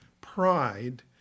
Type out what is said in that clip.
Pride